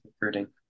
recruiting